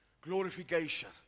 glorification